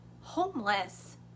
homeless